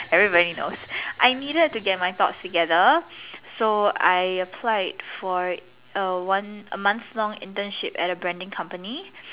everybody knows I needed to get my thought together so I applied for a one a month long internship at a branding company